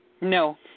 No